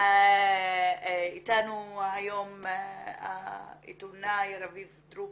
נמצא איתנו היום העיתונאי רביב דרוקר,